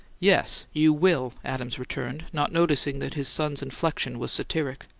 yes, you will, adams returned, not noticing that his son's inflection was satiric.